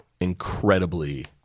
incredibly